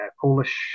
Polish